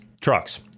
trucks